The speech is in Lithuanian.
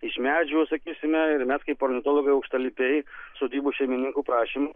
iš medžių sakysime ir mes kaip ornitologai aukštalipiai sodybų šeimininkų prašymu